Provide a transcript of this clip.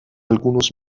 algunos